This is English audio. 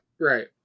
Right